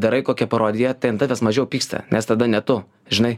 darai kokią parodiją tai ant tavęs mažiau pyksta nes tada ne tu žinai